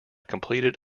completed